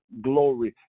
glory